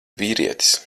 vīrietis